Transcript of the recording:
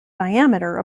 diameter